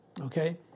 Okay